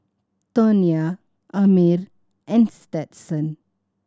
Tonya Amir and Stetson